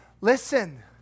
Listen